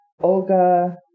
Olga